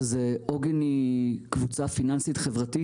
עוגן היא קבוצה פיננסית חברתית.